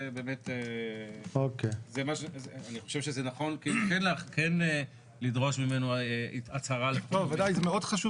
אני חושב שזה נכון כן לדרוש ממנו הצהרה --- מאוד חשוב